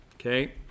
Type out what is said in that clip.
Okay